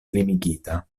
limigita